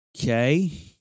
Okay